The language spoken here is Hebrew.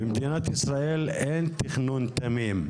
במדינת ישראל אין תכנון תמים,